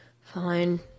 Fine